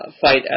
fight